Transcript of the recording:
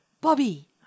Bobby